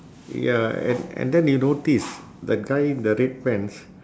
ya and and then you notice the guy in the red pants